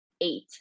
eight